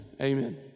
Amen